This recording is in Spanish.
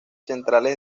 centrales